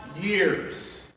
years